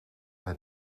het